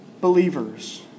believers